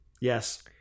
Yes